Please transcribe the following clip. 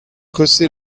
cossé